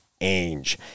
Ainge